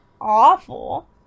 awful